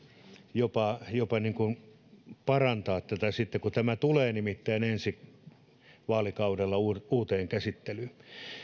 jopa jopa parantaa tätä kun tämä nimittäin tulee ensi vaalikaudella uuteen uuteen käsittelyyn